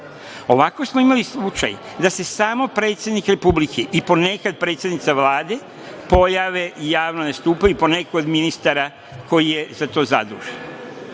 Ovako smo imali slučaj da se samo predsednik Republike i ponekad predsednica Vlade pojave i javno nastupaju i po neko od ministara koji je za to zadužen. Dakle,